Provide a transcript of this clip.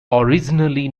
originally